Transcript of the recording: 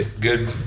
Good